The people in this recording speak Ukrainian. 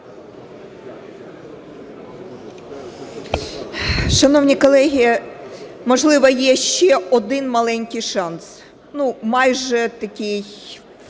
Шановні колеги, можливо, є ще один маленький шанс, ну, майже такий